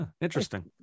Interesting